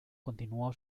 continuó